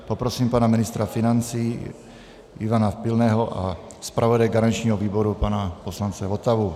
Poprosím pana ministra financí Ivana Pilného a zpravodaje garančního výboru pana poslance Votavu.